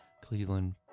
Cleveland